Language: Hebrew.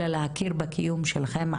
אלא להכיר בקיום שלכם.